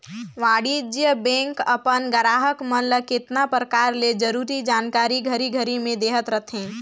वाणिज्य बेंक अपन गराहक मन ल केतना परकार ले जरूरी जानकारी घरी घरी में देहत रथे